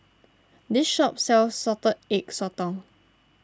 this shop sells Salted Egg Sotong